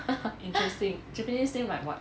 (uh huh) interesting japanese name like what